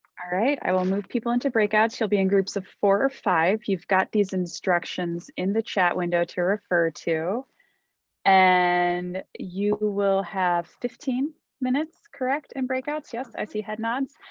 right, i will move people into breakouts, we'll be in groups of four or five, you've got these instructions in the chat window to refer to and you will have fifteen minutes correct and breakouts. yes, i see head nods.